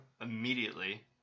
immediately